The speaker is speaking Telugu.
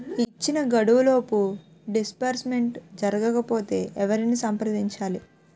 ఇచ్చిన గడువులోపు డిస్బర్స్మెంట్ జరగకపోతే ఎవరిని సంప్రదించాలి?